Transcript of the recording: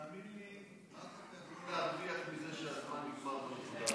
תאמין לי, להרוויח מזה שהזמן נגמר בישיבה הזאת.